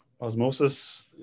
osmosis